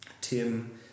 Tim